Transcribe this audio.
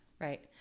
Right